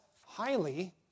highly